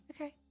Okay